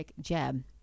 jab